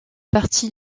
partie